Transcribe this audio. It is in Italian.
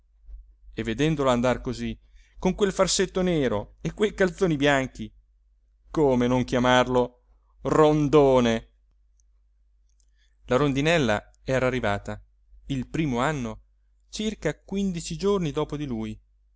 e vedendolo andar così con quel farsetto nero e quei calzoni bianchi come non chiamarlo rondone la rondinella era arrivata il primo anno circa quindici giorni dopo di lui